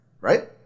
right